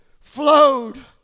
flowed